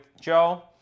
Joe